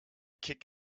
kick